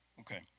Okay